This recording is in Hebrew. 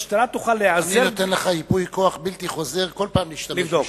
אני נותן לך ייפוי כוח בלתי חוזר בכל פעם להשתמש בשמי.